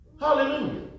Hallelujah